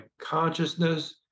consciousness